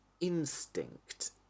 instinct